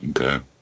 Okay